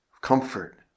comfort